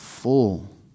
Full